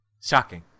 Shocking